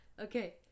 okay